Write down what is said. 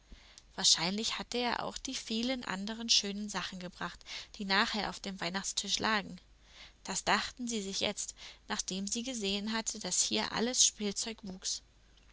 wahrscheinlich hatte er auch die vielen anderen schönen sachen gebracht die nachher auf dem weihnachtstisch lagen das dachten sie sich jetzt nachdem sie gesehen hatten daß hier alles spielzeug wuchs